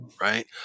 Right